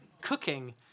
cooking